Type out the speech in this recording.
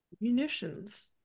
munitions